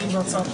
ללא קשר,